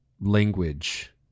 language